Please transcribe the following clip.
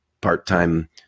part-time